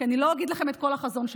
כי אני לא אגיד לכם את כל החזון שלי,